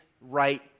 right